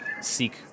seek